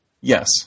Yes